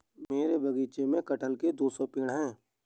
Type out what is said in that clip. मेरे बगीचे में कठहल के दो सौ पेड़ है